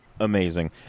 amazing